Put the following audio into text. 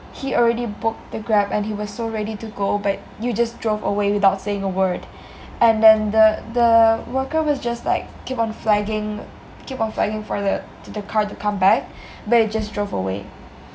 he already booked the Grab and he was so ready to go but you just drove away without saying a word and then the the worker was just like keep on flagging keep on flagging for the the car to come back but it just drove away